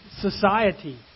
society